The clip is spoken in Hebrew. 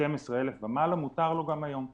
12,000 שקל ומעלה, מותר לו גם היום.